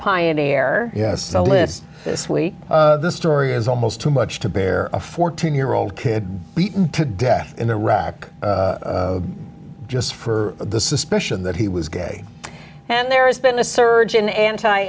pioneer yes the list this week this story is almost too much to bear a fourteen year old kid to death in iraq just for the suspicion that he was gay and there's been a surge in anti